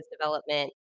development